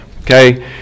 Okay